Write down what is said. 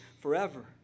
forever